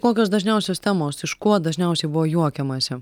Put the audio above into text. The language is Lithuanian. kokios dažniausios temos iš ko dažniausiai buvo juokiamasi